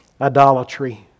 idolatry